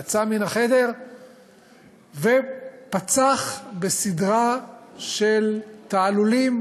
יצא מן החדר ופצח בסדרה של תעלולים